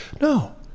No